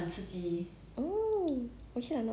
the hyun bin [one] crash landing on you